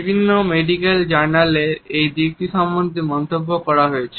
বিভিন্ন মেডিকেল জার্নালে এই দিকটি সম্পর্কে মন্তব্য করা হয়েছে